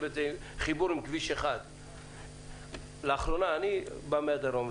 חיבור עם כביש 1. אני בא מהדרום,